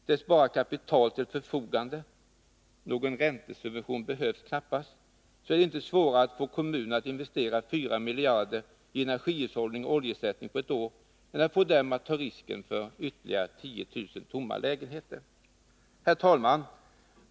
Ställs bara kapital till förfogande — någon räntesubvention behövs knappast — är det inte svårare att få kommunerna att på ett år investera 4 miljarder i energihushållning och oljeersättning än att få dem att ta risken att stå med ytterligare 10 000 tomma lägenheter. Herr talman!